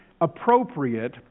appropriate